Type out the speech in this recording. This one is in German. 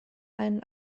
einen